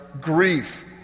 grief